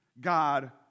God